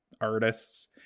artists